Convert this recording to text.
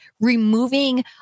removing